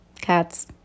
cats